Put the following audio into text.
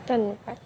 ਧੰਨਵਾਦ